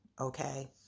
okay